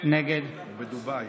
אינו נוכח עמית הלוי,